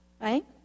Right